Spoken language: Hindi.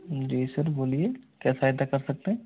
जी सर बोलिए क्या सहायता कर सकते हैं